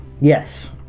Yes